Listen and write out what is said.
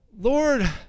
Lord